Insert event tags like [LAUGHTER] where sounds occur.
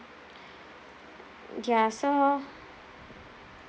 [BREATH] ya so